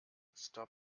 stop